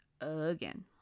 Again